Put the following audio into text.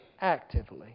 actively